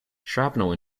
shrapnel